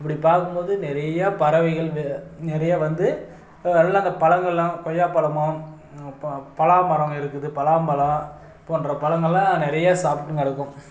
அப்படி பார்க்கும்போது நிறையா பறவைகள் நிறைய வந்து எல்லாம் அந்த பழங்கள்லாம் கொய்யாப் பழமோ பலாமரம் இருக்குது பலாம்பழம் போன்ற பழங்கலாம் நிறையா சாப்பிட்டுனு கிடக்கும்